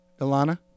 Ilana